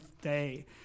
day